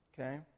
okay